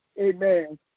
Amen